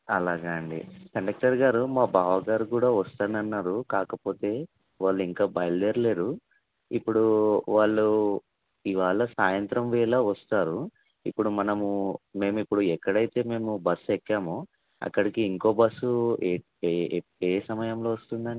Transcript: అలాగా అండి కండక్టర్ గారు మా బావగారు కూడా వస్తాను అన్నారు కాకపోతే వాళ్ళు ఇంకా బయలుదేరలేదు ఇప్పుడు వాళ్ళు ఇవాళ సాయంత్రం వేళ వస్తారు ఇప్పుడు మనము మేము ఇప్పుడు ఎక్కడైతే మేము బస్సు ఎక్కామో అక్కడికి ఇంకో బస్సు ఏ ఏ సమయంలో వస్తుంది అండి